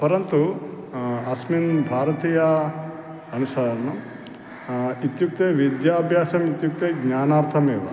परन्तु अस्मिन् भारतीय अनुसारणम् इत्युक्ते विद्याभ्यासम् इत्युक्ते ज्ञानार्थमेव